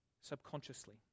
subconsciously